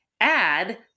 add